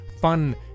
fun